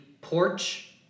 porch